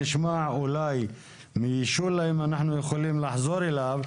את התשובה לשאלה שלך נשמע אולי מישולה אם נוכל לחזור אליו.